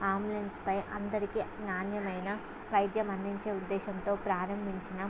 అంబులెన్స్పై అందరికీ నాణ్యమైన వైద్యం అందించే ఉద్దేశంతో ప్రారంభించిన